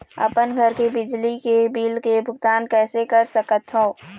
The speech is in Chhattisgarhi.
अपन घर के बिजली के बिल के भुगतान कैसे कर सकत हव?